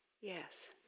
Yes